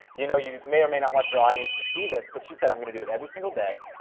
you know, you may or may not want your audience to see this, but she said i'm gonna do it every single day,